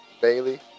Bailey